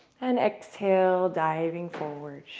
and exhale, diving forward.